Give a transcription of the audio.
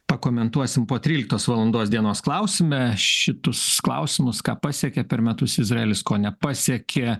pakomentuosim po tryliktos valandos dienos klausime šitus klausimus ką pasiekė per metus izraelis ko nepasiekė